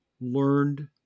learned